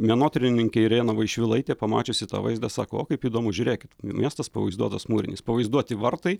menotyrininkė irena vaišvilaitė pamačiusi tą vaizdą sako o kaip įdomu žiūrėkit miestas pavaizduotas mūrinis pavaizduoti vartai